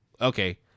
okay